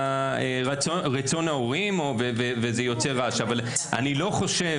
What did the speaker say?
תרגומם: אני אומרת לך על מקרים שזה לא קורה.